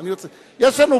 ישראל.